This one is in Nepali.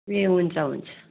ए हुन्छ हुन्छ